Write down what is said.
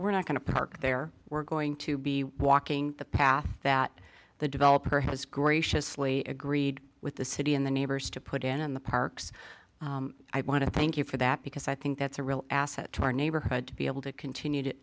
we're not going to park there we're going to be walking the path that the developer has graciously agreed with the city and the neighbors to put in the parks i want to thank you for that because i think that's a real asset to our neighborhood to be able to continue to